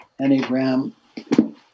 Enneagram